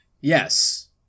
Yes